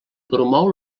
promou